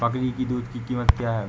बकरी की दूध की कीमत क्या है?